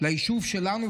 ליישוב שלנו,